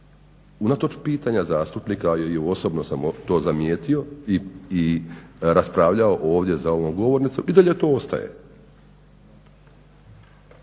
unatoč pitanja zastupnika, a i osobno sam to zamijetio i raspravljao ovdje za ovom govornicom, i dalje to ostaje.